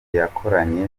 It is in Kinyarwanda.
yakoranye